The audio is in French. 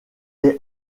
est